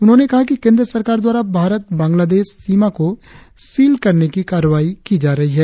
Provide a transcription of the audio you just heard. उन्होंने कहा कि केंद्र सरकार द्वारा भारत ब्गालादेश सीमा को सील करने की कार्रवाई की जा रही है